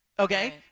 Okay